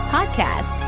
Podcast